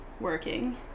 working